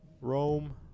Rome